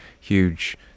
huge